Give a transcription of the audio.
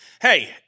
Hey